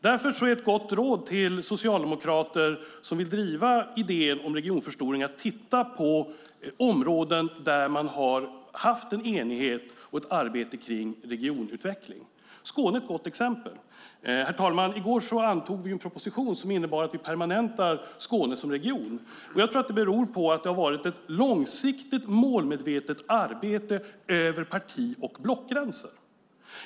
Därför är ett gott råd till socialdemokrater som vill driva idén om regionförstoring att titta på områden där man har haft en enighet och ett arbete med regionutveckling. Skåne är ett gott exempel. Herr talman! I går antog vi en proposition som innebär att vi permanentar Skåne som region. Jag tror att det beror på att det har pågått ett långsiktigt målmedvetet arbete över parti och blockgränser.